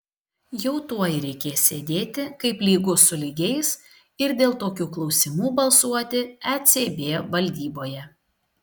jau tuoj reikės sėdėti kaip lygūs su lygiais ir dėl tokių klausimų balsuoti ecb valdyboje